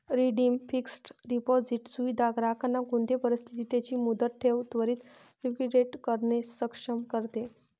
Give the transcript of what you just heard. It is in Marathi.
रिडीम्ड फिक्स्ड डिपॉझिट सुविधा ग्राहकांना कोणते परिस्थितीत त्यांची मुदत ठेव त्वरीत लिक्विडेट करणे सक्षम करते